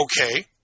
Okay